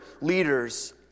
leaders